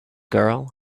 girl